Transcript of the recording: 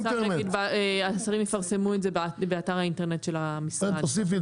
שהשרים יפרסמו את זה באתר האינטרנט של המשרד.